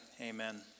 Amen